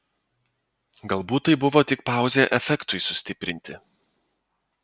galbūt tai buvo tik pauzė efektui sustiprinti